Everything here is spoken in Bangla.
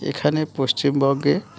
এখানে পশ্চিমবঙ্গে